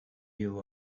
you